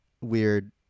weird